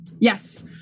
Yes